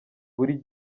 buri